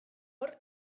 hor